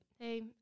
Hey